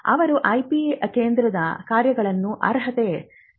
ಅವರು ಐಪಿ ಕೇಂದ್ರದ ಕಾರ್ಯಗಳನ್ನು ಅರ್ಹತೆ ಪಡೆಯಬಹುದು